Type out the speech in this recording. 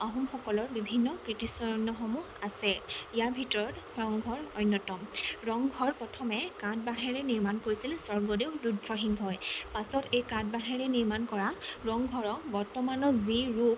আহোমসকলৰ বিভিন্ন কৃতিচৰণ্যসমূহ আছে ইয়া ভিতৰত ৰংঘৰ অন্যতম ৰংঘৰ প্ৰথমে কাঠ বাহেৰে নিৰ্মাণ কৰিছিল স্বৰ্গদেউ ৰুদ্ৰসিংহই পাছত এই কাঠ বাঁহেৰে নিৰ্মাণ কৰা ৰংঘৰৰ বৰ্তমানৰ যি ৰূপ